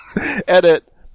Edit